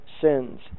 sins